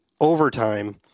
overtime